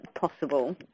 possible